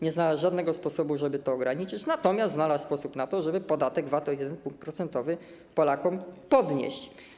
Nie znalazł żadnego sposobu, żeby to ograniczyć, natomiast znalazł sposób na to, żeby podatek VAT o 1 punkt procentowy Polakom podnieść.